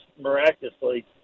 miraculously